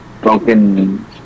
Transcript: broken